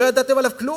לא ידעתם עליו כלום.